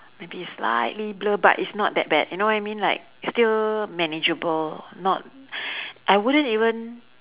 maybe slightly blur but it's not that bad you know what I mean like it's still manageable not I wouldn't even